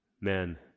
men